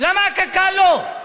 למה הקק"ל לא?